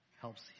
helps